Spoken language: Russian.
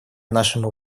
нашему